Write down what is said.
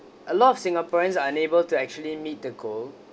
a lot of singaporeans unable to actually meet the goal